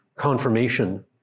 Confirmation